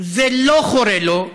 זה לא חורה לו,